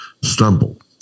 stumble